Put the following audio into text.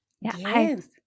Yes